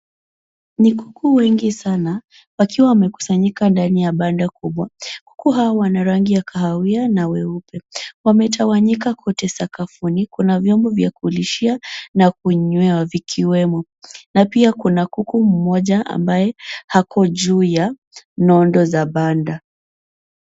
Ni kuku wengi sana wakiwa wamekusanyika ndani ya banda kubwa . Kuku hawa wana rangi ya kahawia na weupe. Wametawanyika kote sakafuni. Kuna vyombo vya kulishia na kunywewa vikiwemo na pia kuna kuku mmoja ambaye ako juu ya nondo za banda.